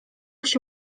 się